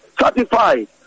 certified